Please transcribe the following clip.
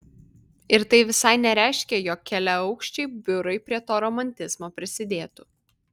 ir tai visai nereiškia jog keliaaukščiai biurai prie to romantizmo prisidėtų